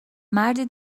مردی